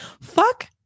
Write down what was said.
fuck